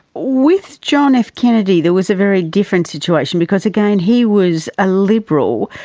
with john f kennedy there was a very different situation because, again, he was a liberal,